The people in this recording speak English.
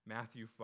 Matthew